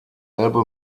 elbe